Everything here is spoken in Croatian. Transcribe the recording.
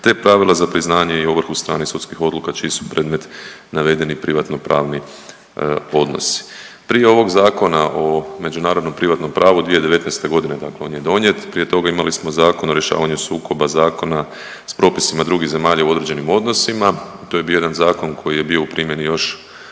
te pravila za priznanje i ovrhu stranih sudskih odluka čiji su predmet navedeni privatnopravni odnosi. Prije ovog Zakona o međunarodnom privatnom pravu 2019.g. dakle on je donijet, prije toga imali smo Zakon o rješavanju sukoba zakona s propisima drugih zemalja u određenim odnosima, to je bio jedan zakon koji je bio u primjeni još